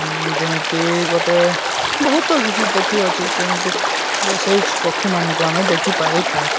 ଯେମିତି ଗୋଟେ ବହୁତ କିଛି ପକ୍ଷୀ ଅଛି ସେମିତି ସେଇ ପକ୍ଷୀମାନଙ୍କୁ ଆମେ ଦେଖିପାରୁଥାଉ